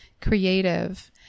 creative